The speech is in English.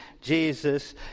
Jesus